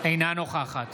אינה נוכחת